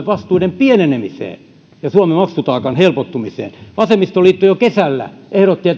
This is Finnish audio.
vastuiden pienenemiseen ja suomen maksutaakan helpottumiseen vasemmistoliitto jo kesällä ehdotti